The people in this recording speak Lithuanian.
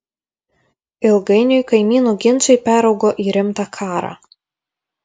ilgainiui kaimynų ginčai peraugo į rimtą karą